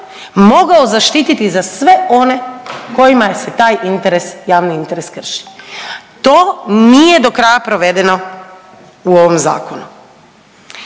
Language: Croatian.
mogao zaštititi za sve one kojima se taj interes, javni interes krši. To nije do kraja provedeno u ovom zakonu.